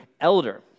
elder